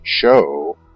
show